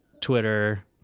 Twitter